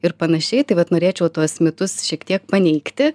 ir panašiai tai vat norėčiau tuos mitus šiek tiek paneigti